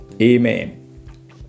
Amen